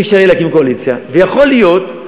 ויכול להיות,